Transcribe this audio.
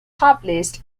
published